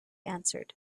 answered